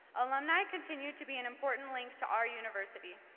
alumni continue to be an important link to our university.